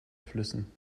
flüssen